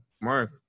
Mark